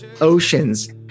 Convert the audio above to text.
Oceans